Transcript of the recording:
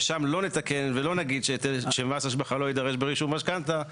ושם לא נתקן ולא נגיד שמס השבחה לא יידרש ברישום משכנתא,